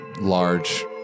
large